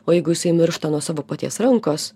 o jeigu jisai miršta nuo savo paties rankos